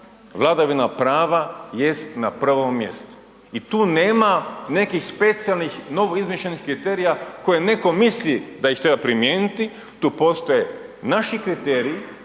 vladavina prava jest na prvom mjestu. I tu nema nekih specijalnih novo izmišljenih kriterija koje neko misli da ih treba primijeniti. Tu postoje naši kriteriji,